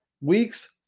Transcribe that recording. Weeks